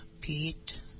Pete